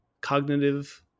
cognitive